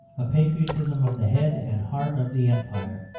a patriotism of the head and heart of the empire,